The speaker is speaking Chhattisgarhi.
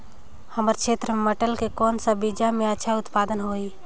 हमर क्षेत्र मे मटर के कौन सा बीजा मे अच्छा उत्पादन होही?